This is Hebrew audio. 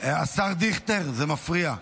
השר דיכטר, זה מפריע.